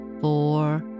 four